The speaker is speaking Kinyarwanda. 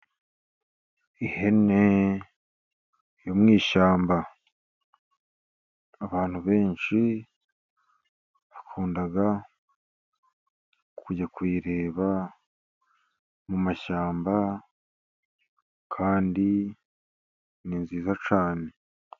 Ihene yo mu ishyamba, abantu benshi bakunda kujya kuyireba mu mashyamba, kandi ni nziza cyane.